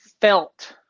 felt